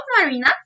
Marina